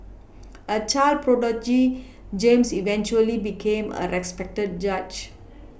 a child prodigy James eventually became a respected judge